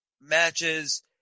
matches